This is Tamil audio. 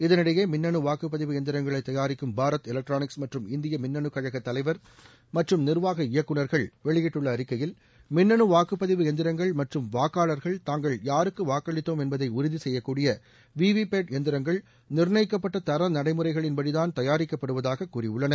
இதனிடையே மின்னனு வாக்குப்பதிவு எந்திரங்களைத் தயாரிக்கும் பாரத் எலக்ட்ரானிக்ஸ் மற்றும் இந்திய மின்னணுக்கழக தலைவர் மற்றும் நிர்வாக இயக்குநர்கள் வெளியிட்டுள்ள அறிக்கையில் மின்னனு வாக்குப்பதிவு எந்திரங்கள் மற்றும் வாக்காளா்கள் தாங்கள் யாருக்கு வாக்களித்தோம் என்பதை உறுதி செய்யக்கூடிய வி வி பேட் எந்திரங்கள் நிர்ணயிக்கப்பட்ட தர நடைமுறைகளின்படி தான் தயாரிக்கப்படுவதாக கூறியுள்ளனர்